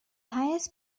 highest